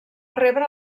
rebre